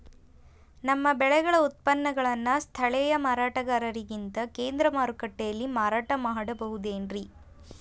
ನಮ್ಮ ಬೆಳೆಗಳ ಉತ್ಪನ್ನಗಳನ್ನ ಸ್ಥಳೇಯ ಮಾರಾಟಗಾರರಿಗಿಂತ ಕೇಂದ್ರ ಮಾರುಕಟ್ಟೆಯಲ್ಲಿ ಮಾರಾಟ ಮಾಡಬಹುದೇನ್ರಿ?